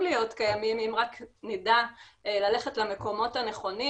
להיות קיימים אם רק נדע ללכת למקומות הנכונים,